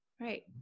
Right